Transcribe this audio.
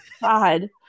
God